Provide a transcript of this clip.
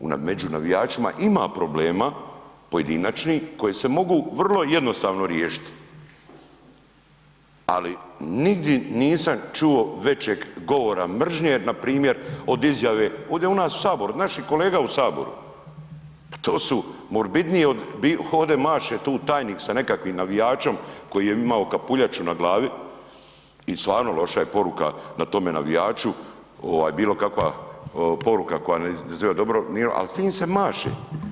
Među navijačima ima problema pojedinačnih koji se mogu vrlo jednostavno riješiti, ali nigdje nisam čuo većeg govora mržnje npr. od izjave ovde u nas u saboru, naših kolega u saboru, pa to su morbidnije od, ovde maše tu tajnik sa nekakvim navijačem koji je imao kapuljaču na glavi i stvarno loša je poruka na tome navijaču ovaj bilo kakva poruka koja ne izaziva dobro, ali s tim se maše.